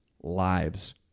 lives